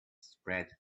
spread